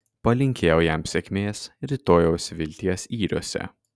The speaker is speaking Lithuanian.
palinkėjau jam sėkmės rytojaus vilties yriuose